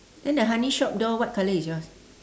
then the honey shop door what colour is yours